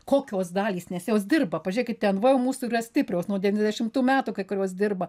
kokios dalys nes jos dirba pažėkit ten nvo mūsų yra stiprios nuo devyniasdešimtų metų kai kurios dirba